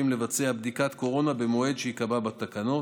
לבצע בדיקת קורונה במועד שייקבע בתקנות,